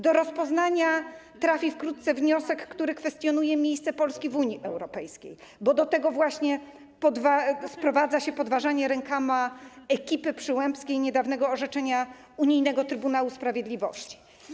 Do rozpoznania trafi wkrótce wniosek, który kwestionuje miejsce Polski w Unii Europejskiej, bo do tego właśnie sprowadza się podważanie rękoma ekipy Przyłębskiej niedawnego orzeczenia unijnego Trybunału Sprawiedliwości.